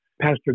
Pastor